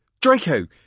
Draco